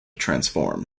transform